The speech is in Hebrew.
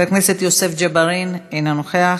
חבר הכנסת יוסף ג'בארין, אינו נוכח.